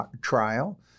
trial